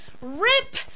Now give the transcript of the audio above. rip